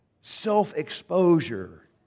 self-exposure